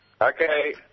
Okay